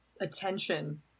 attention